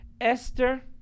esther